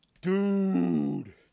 Dude